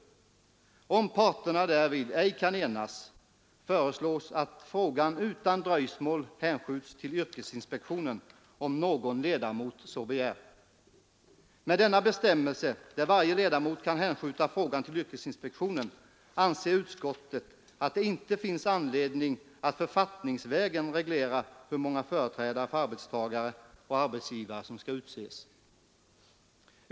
Om parterna därvid ej kan enas föreslås att frågan utan dröjsmål hänskjuts till yrkesinspektionen, om någon ledamot så begär. Med denna bestämmelse, som gör att varje ledamot kan hänskjuta frågan till yrkesinspektionen, anser utskottet att det inte finns anledning att författningsvägen reglera hur många företrädare för arbetstagare och arbetsgivare som skall utses.